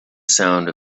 sound